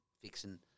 fixing